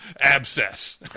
Abscess